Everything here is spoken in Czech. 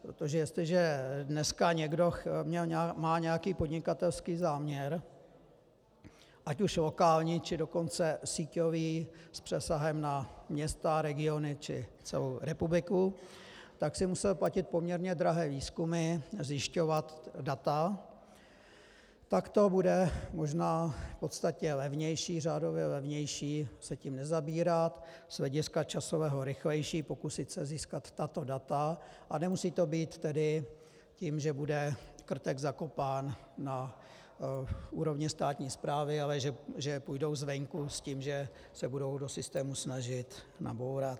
Protože jestliže dneska někdo má nějaký podnikatelský záměr, ať už lokální, či dokonce síťový s přesahem na města, regiony či celou republiku, tak si musel platit poměrně drahé výzkumy a zjišťovat data, tak to bude možná v podstatě levnější, řádově levnější se tím nezabývat, z hlediska časového rychlejší, pokusit se získat tato data a nemusí to být tím, že bude krtek zakopán na úrovni státní správy, ale že půjdou zvenku s tím, že se budou do systému snažit nabourat.